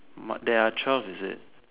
there are twelve is it